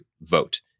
vote